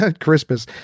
Christmas